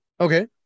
okay